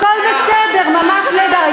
הכול בסדר, ממש נהדר.